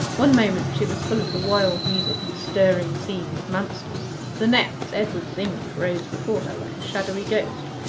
one moment she was full of the wild music and stirring scene with manston the next, edward's image rose before her like a shadowy ghost.